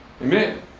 Amen